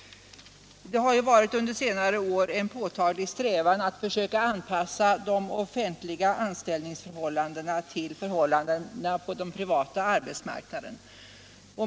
Det har ju under senare år varit en påtaglig strävan att försöka anpassa de offentliga anställningsförhållandena till förhållandena på den privata arbetsmarknaden.